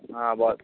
হাঁ বল